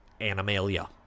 animalia